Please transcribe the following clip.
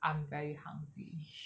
I'm very hungry